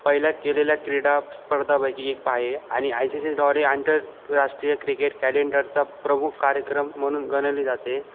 पहिल्या केलेल्या क्रीडा स्पर्धांपैकी एक आहे आणि आय सी सीद्वारे आंतरराष्ट्रीय क्रिकेट कॅलेंडरचा प्रमुख कार्यक्रम म्हणून गणली जाते